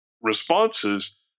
responses